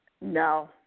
No